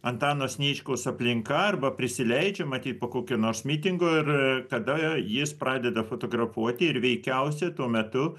antano sniečkaus aplinka arba prisileidžia matyt po kokio nors mitingo ir tada jis pradeda fotografuoti ir veikiausia tuo metu